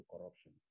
corruption